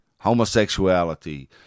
Homosexuality